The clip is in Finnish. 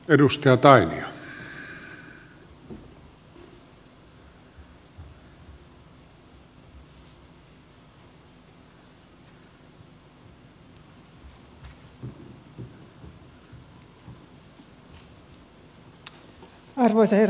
arvoisa herra puhemies